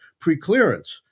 preclearance